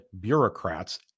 bureaucrats